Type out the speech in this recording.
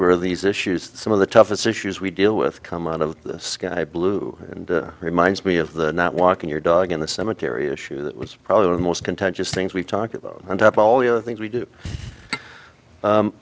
where these issues some of the toughest issues we deal with come out of the sky blue and reminds me of the not walking your dog in the cemetery issue that was probably the most contentious things we talked about and up all the other things we do